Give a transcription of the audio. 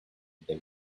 they